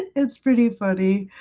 it's pretty funny